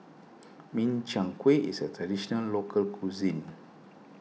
Min Chiang Kueh is a Traditional Local Cuisine